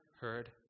heard